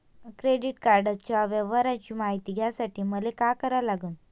Credit कार्डाच्या व्यवहाराची मायती घ्यासाठी मले का करा लागन?